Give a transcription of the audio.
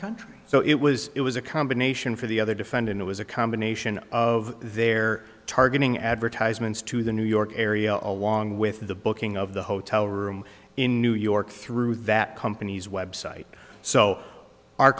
country so it was it was a combination for the other defendant it was a combination of their targeting advertisements to the new york area along with the booking of the hotel room in new york through that company's website so our